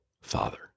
father